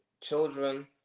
children